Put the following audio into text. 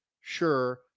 sure